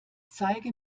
zeige